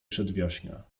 przedwiośnia